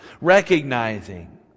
recognizing